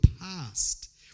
past